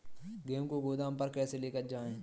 गेहूँ को गोदाम पर कैसे लेकर जाएँ?